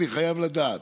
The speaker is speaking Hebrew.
אני חייב לדעת,